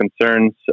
concerns